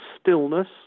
stillness